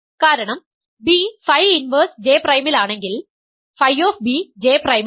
കാരണം b phi inverse J പ്രൈമിലാണെങ്കിൽ Φ J പ്രൈമിലാണ്